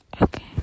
Okay